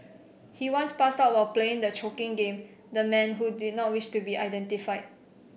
he once passed out while playing the choking game the man who did not wish to be identified